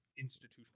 institutional